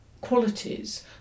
qualities